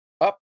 up